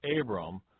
Abram